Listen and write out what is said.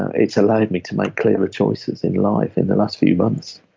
ah it's allowed me to make clearer choices in life in the last few months